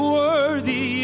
worthy